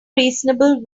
reasonable